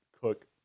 cook